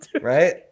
Right